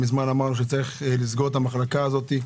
מזמן אמרנו שצריך לסגור את המחלקה הזאת.